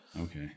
Okay